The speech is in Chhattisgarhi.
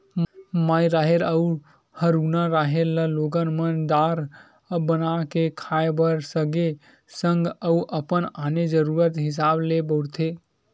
माई राहेर अउ हरूना राहेर ल लोगन मन दार बना के खाय बर सगे संग अउ अपन आने जरुरत हिसाब ले बउरथे